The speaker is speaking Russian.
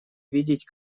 видеть